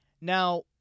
Now